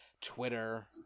twitter